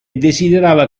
desiderava